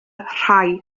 rhai